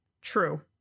True